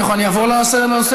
אני אעבור לנושא